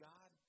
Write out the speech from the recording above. God